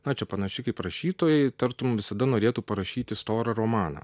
na čia panašiai kaip rašytojai tartum visada norėtų parašyti storą romaną